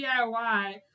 DIY